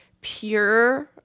pure